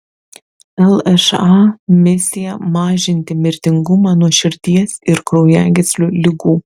lša misija mažinti mirtingumą nuo širdies ir kraujagyslių ligų